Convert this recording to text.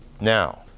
Now